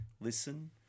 listen